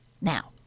Now